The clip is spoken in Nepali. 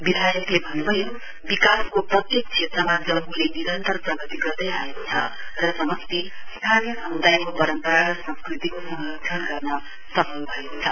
विधायकले भन्नुभयो विकासको प्रत्येक क्षेत्रमा जंगुले निरन्तर प्रगति गर्दै आएको छ र समस्टि स्थानीय समुदयको परम्परा र संस्कृतिको संरक्षण गर्ने सफल भएको छ